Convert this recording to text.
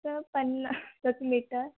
असं पन्ना सच मीटर